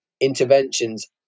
interventions